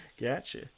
Gotcha